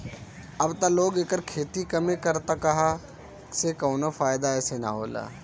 अब त लोग एकर खेती कमे करता काहे से कवनो फ़ायदा एसे न होला